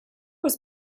was